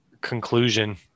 conclusion